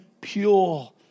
pure